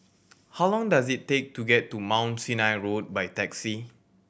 how long does it take to get to Mount Sinai Road by taxi